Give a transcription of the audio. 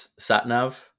Satnav